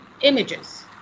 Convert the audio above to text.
images